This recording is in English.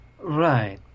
Right